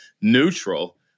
neutral